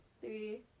Three